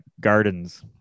gardens